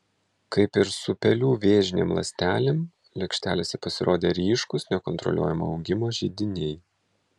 kaip ir su pelių vėžinėm ląstelėm lėkštelėse pasirodė ryškūs nekontroliuojamo augimo židiniai